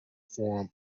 form